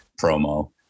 promo